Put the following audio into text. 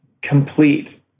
complete